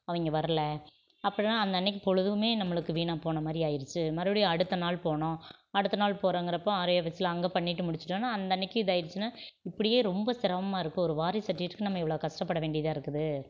அவங்க வரலை அப்படினா அந்த அன்றைக்கு பொழுதுமே நம்மளுக்கு வீணாக போன மாதிரி ஆயிடுச்சு மறுபடியும் அடுத்த நாள் போனோம் அடுத்த நாள் போறோங்கிறப்ப ஆர்ஐ ஆஃபிஸ்ல அங்கே பண்ணிட்டு முடிச்சுட்டோம்னா அந்த அன்றைக்கு இது ஆயிடுச்சுன்னால் இப்படியே ரொம்ப சிரமமாருக்குது ஒரு வாரிசு சர்ட்டிஃபிகேட்டுக்கு நம்ம இவ்வளோ கஷ்டப்பட வேண்டியதாகருக்குது